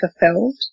fulfilled